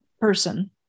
person